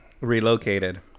Relocated